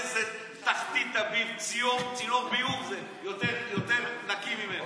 איזה תחתית הביב, צינור ביוב זה יותר נקי ממנו.